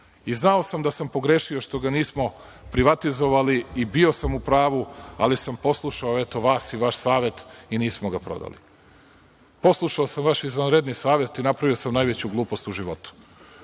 I znao sam da sam pogrešio što ga nismo privatizovali, i bio sam u pravu, ali sam poslušao vas i vaš savet i nismo ga prodali. Poslušao sam vaš izvanredni savet i napravio sam najveću glupost u životu.